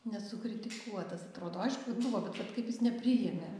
nesukritikuotas atrodo aišku kad buvo bet kad kaip jis nepriėmė